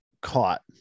caught